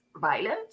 violent